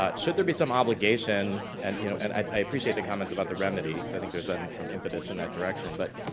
ah should there be some obligation, and you know and i appreciate the comments about the remedy cause i think there's been some impetus in that direction, but,